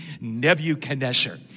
Nebuchadnezzar